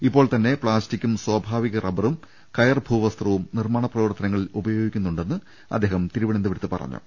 ഇപ്പോൾത്തന്നെ പ്ലാസ്റ്റിക്കും സ്വാഭാവിക റബറും കയർ ഭൂവസ്ത്രവും നിർമ്മാണ പ്രവർത്തനങ്ങളിൽ ഉപയോഗിക്കുന്നുണ്ടെന്ന് അദ്ദേഹം തിരുവന ന്തപുരത്ത് പറഞ്ഞു